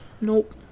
Nope